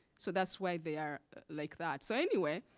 so that's why they are like that. so anyway,